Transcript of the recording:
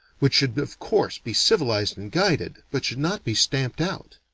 which should of course be civilized and guided, but should not be stamped out.